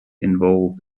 involved